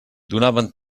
donaven